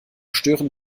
stören